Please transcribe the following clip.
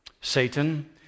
Satan